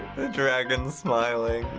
the dragon smiling.